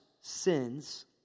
sins